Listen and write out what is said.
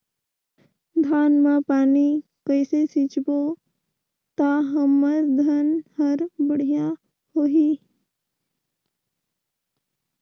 धान मा पानी कइसे सिंचबो ता हमर धन हर बढ़िया होही?